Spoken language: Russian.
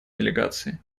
делегации